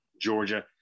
Georgia